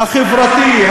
החברתי,